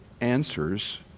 answers